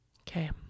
Okay